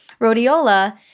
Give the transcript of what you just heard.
Rhodiola